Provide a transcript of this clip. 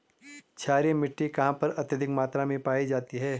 क्षारीय मिट्टी कहां पर अत्यधिक मात्रा में पाई जाती है?